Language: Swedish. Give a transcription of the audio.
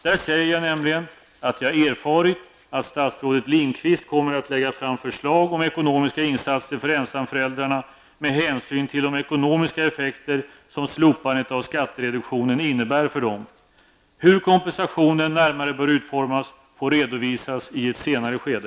Där säger jag nämligen att jag erfarit att statsrådet Lindqvist kommer att lägga fram förslag om ekonomiska insatser för ensamföräldrarna med hänsyn till de ekonomiska effekter som slopandet av skattereduktionen innebär för dem. Hur kompensationen närmare bör utformas får redovisas i ett senare skede.